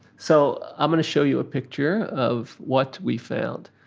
so i'm going to show you a picture of what we found.